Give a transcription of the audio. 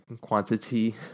quantity